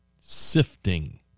Sifting